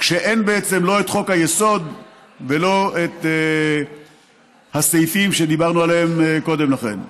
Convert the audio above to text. כשאין בעצם לא את חוק-היסוד ולא את הסעיפים שדיברנו עליהם קודם לכן.